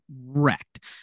wrecked